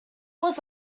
was